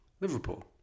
Liverpool